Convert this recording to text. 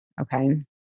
okay